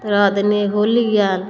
तकर बाद होली आयल